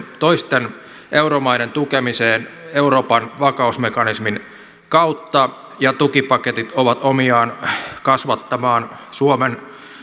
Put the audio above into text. toisten euromaiden tukemiseen euroopan vakausmekanismin kautta ja tukipaketit ovat omiaan kasvattamaan suomen